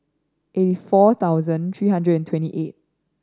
eighty four thousand three hundred and twenty eight